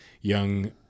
young